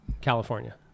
California